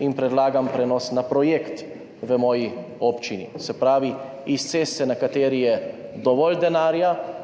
in predlagam prenos na projekt v svoji občini, se pravi, s ceste, za katero je dovolj denarja